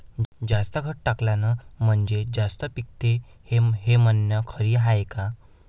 जास्त खत टाकलं म्हनजे जास्त पिकते हे म्हन खरी हाये का?